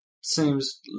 seems